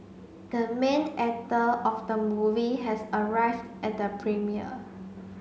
the main actor of the movie has arrived at the premiere